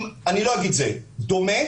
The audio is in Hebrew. אני לא אגיד זהה, דומה